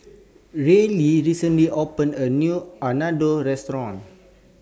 Reilly recently opened A New Unadon Restaurant